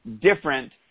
different